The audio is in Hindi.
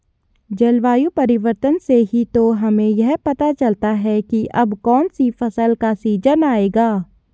जलवायु परिवर्तन से ही तो हमें यह पता चलता है की अब कौन सी फसल का सीजन आयेगा